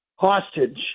hostage